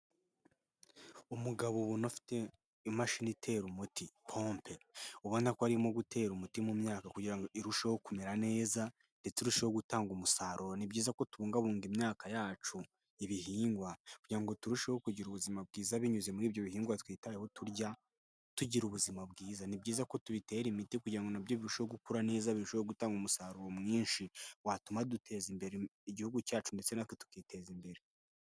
Umugabo ubona afite imashini itera umuti, pompe ubona ko arimo gutera umuti mu myaka, kugira ngo irusheho kumera neza, ndetse irusheho gutanga umusaruro. Ni byiza kubungabunga imyaka yacu, ibihingwa, kugira ngo turusheho kugira ubuzima bwiza, binyuze muri ibyo bihingwa twitayeho, turya, tugira ubuzima bwiza. Ni byiza ko tubitera imiti, kugira ngo nabyo birusheho gukura neza, birusheho gutanga umusaruro mwinshi, watuma duteza imbere igihugu cyacu, ndetse natwe tukiteza imbere.